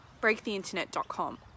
Breaktheinternet.com